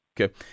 Okay